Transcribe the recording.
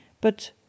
but